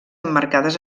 emmarcades